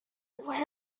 where